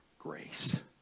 grace